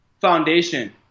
foundation